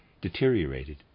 deteriorated